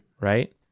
Right